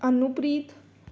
Anupreet